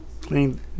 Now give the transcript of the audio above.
Clean